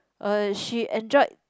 uh she enjoyed